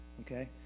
okay